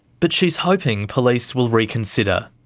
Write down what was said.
but she's hoping police will reconsider.